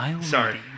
sorry